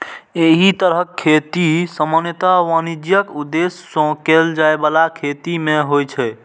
एहि तरहक खेती सामान्यतः वाणिज्यिक उद्देश्य सं कैल जाइ बला खेती मे होइ छै